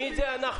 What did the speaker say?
מי זה "אנחנו"?